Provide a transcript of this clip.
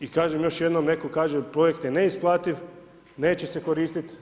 I kažem još jednom, netko kaže projekt je neisplativ, neće se koristiti.